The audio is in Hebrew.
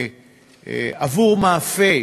עבור מאפה,